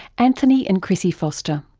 anthony and chrissie foster.